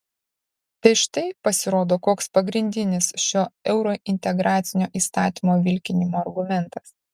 tai štai pasirodo koks pagrindinis šio eurointegracinio įstatymo vilkinimo argumentas